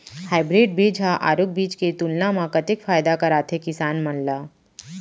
Hybrid बीज हा आरूग बीज के तुलना मा कतेक फायदा कराथे किसान मन ला?